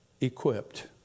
equipped